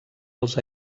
els